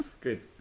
Good